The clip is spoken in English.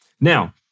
Now